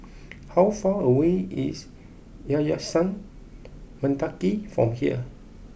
how far away is Yayasan Mendaki from here